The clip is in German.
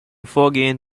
vorgehen